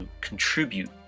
contribute